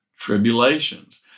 tribulations